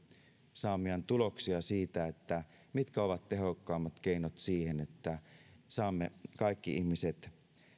saamiaan tuloksia siitä mitkä ovat tehokkaimmat keinot siihen että saamme kaikki ihmiset